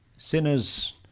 Sinners